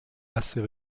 assez